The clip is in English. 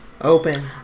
Open